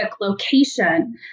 location